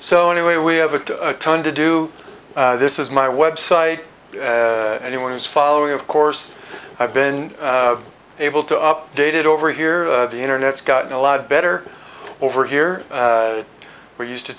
so anyway we have a ton to do this is my website anyone who's following of course i've been able to updated over here the internet's gotten a lot better over here where used to